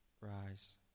rise